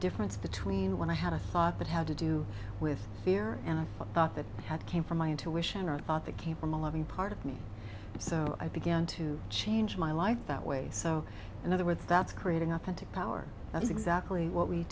difference between when i had a thought that had to do with fear and i thought that i had came from my intuition i thought they came from a loving part of me so i began to change my life that way so in other words that's creating up into power and that's exactly what we